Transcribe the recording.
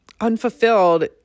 unfulfilled